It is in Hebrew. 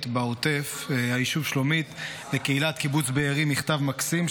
בעוטף לקהילת קיבוץ בארי מכתב מקסים,